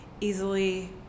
easily